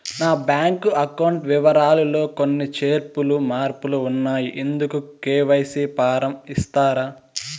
నా bank account వివరాలు లో కొన్ని చేర్పులు మార్పులు ఉన్నాయి, ఇందుకు కె.వై.సి ఫారం ఇస్తారా?